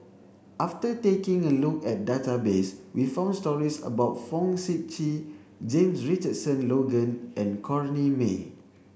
after taking a look at database we found stories about Fong Sip Chee James Richardson Logan and Corrinne May